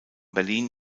berlin